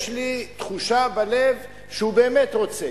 יש לי תחושה בלב שהוא באמת רוצה.